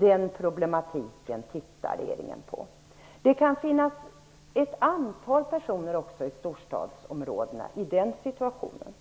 Den problematiken tittar regeringen närmare på. Det kan också finnas ett antal personer i storstadsområdena som befinner sig i den situationen.